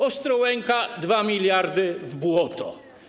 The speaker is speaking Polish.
Ostrołęka - 2 mld w błoto.